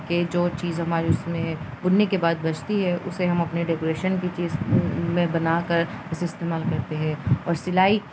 کہ جو چیز ہماری اس میں بننے کے بعد بچتی ہے اسے ہم اپنے ڈیکوریشن کی چیز میں بنا کر اسے استعمال کرتے ہیں اور سلائی